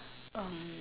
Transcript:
um